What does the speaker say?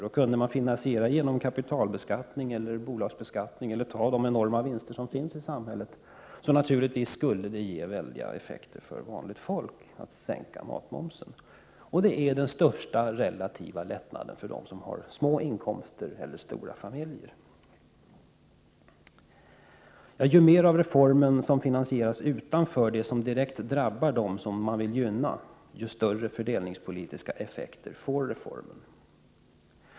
Om man finansierade en sänkning av matmomsen genom kapitalbeskattning eller bolagsbeskattning eller genom att ta av de enorma vinster som finns i samhället, skulle det naturligtvis få enorma effekter för vanligt folk. Det skulle alltså vara den största relativa lättnaden för den som har liten inkomst eller stor familj. Ju mer av reformen som kan finansieras utan att det drabbar dem som man vill gynna, desto större fördelningspolitiska effekter får reformen.